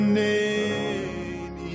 name